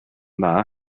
dda